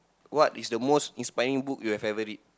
what is the most inspiring book you have ever read